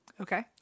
Okay